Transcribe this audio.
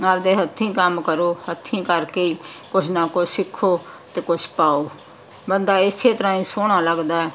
ਆਪਦੇ ਹੱਥੀਂ ਕੰਮ ਕਰੋ ਹੱਥੀਂ ਕਰਕੇ ਕੁਝ ਨਾ ਕੁਝ ਸਿੱਖੋ ਅਤੇ ਕੁਝ ਪਾਓ ਬੰਦਾ ਇਸੇ ਤਰ੍ਹਾਂ ਹੀ ਸੋਹਣਾ ਲੱਗਦਾ